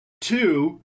Two